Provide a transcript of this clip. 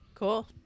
Cool